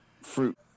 fruit